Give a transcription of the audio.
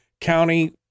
county